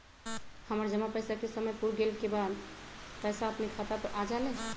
हमर जमा पैसा के समय पुर गेल के बाद पैसा अपने खाता पर आ जाले?